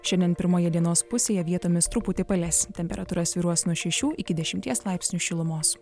šiandien pirmoje dienos pusėje vietomis truputį palis temperatūra svyruos nuo šešių iki dešimties laipsnių šilumos